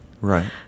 Right